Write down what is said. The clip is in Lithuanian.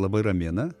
labai ramina